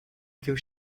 give